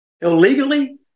illegally